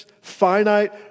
finite